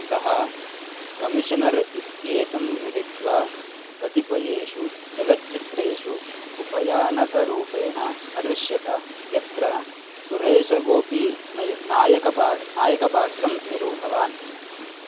सः कमिशनर् इत्येतं मिलित्वा कतिपयेषु चलच्चित्रेषु उपयानकरूपेण अदृश्यत यत्र सुरेशगोपी नय नायकपात्रं नायकपात्रं निरूढवान्